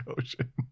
Ocean